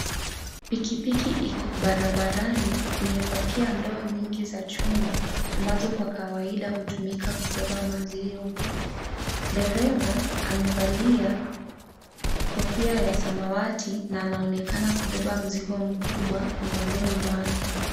Pikipiki iko barabarani imepakia ndoo nyingi za chuma ambazo kwa kawaida hutumika kubeba maziwa, dereva amevalia kofia ya samawati na anaonekana kubeba mzigo mkubwa mgongoni mwake.